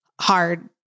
hard